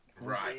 right